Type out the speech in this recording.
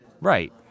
Right